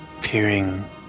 peering